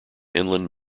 inland